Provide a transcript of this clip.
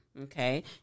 Okay